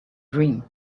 dream